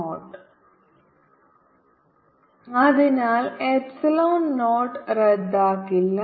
σR ddzr R4π ln Rr r≥R 0 r≤R r R r2R2 2rRcosϕ z z2 dϕdzr2R2 2rRcosϕ z z2 അതിനാൽ epsilon naught റദ്ദാക്കില്ല